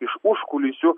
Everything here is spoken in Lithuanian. iš užkulisių